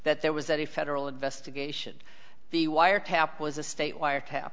that there was that a federal investigation the wiretap was a state wiretap